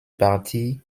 parti